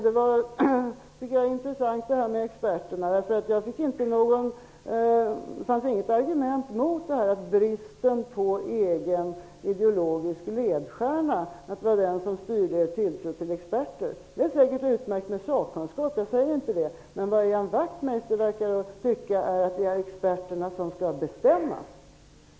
Detta med experterna var intressant. Det fanns inget argument mot bristen på egen ideologisk ledstjärna och att det var den som styrde er tilltro till experter. Det är säkert utmärkt med sakkunskap, men Ian Wachtmeister verkar tycka att det är experterna som skall bestämma.